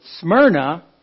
Smyrna